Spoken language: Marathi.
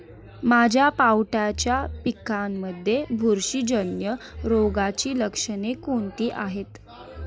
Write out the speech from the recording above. माझ्या पावट्याच्या पिकांमध्ये बुरशीजन्य रोगाची लक्षणे कोणती आहेत?